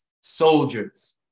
soldiers